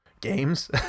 games